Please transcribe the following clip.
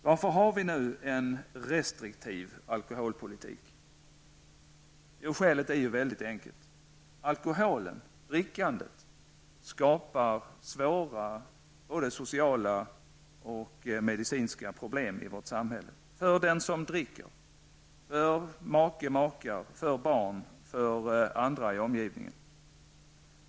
Varför har vi nu en restriktiv alkoholpolitik? Skälet är väldigt enkelt. Alkoholen, drickandet, skapar svåra både sociala och medicinska problem i vårt samhälle för den som dricker, för make eller maka, för barn och för andra i omgivningen.